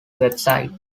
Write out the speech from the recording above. website